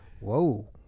whoa